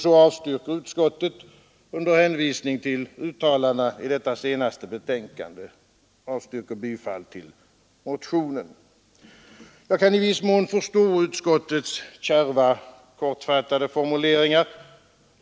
Så avstyrker utskottet bifall till motionen under hänvisning till uttalandena i detta senaste betänkande. Jag kan i viss mån förstå utskottets kärva, kortfattade formuleringar.